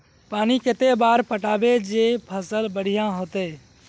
पानी कते बार पटाबे जे फसल बढ़िया होते?